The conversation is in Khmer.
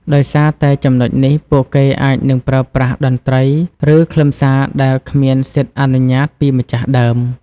ដោយសារតែចំណុចនេះ ពួកគេអាចនឹងប្រើប្រាស់តន្ត្រី ឬខ្លឹមសារដែលគ្មានសិទ្ធិអនុញ្ញាតពីម្ចាស់ដើម។